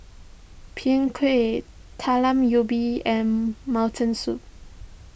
Png Kueh Talam Ubi and Mutton Soup